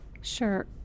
Sure